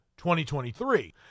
2023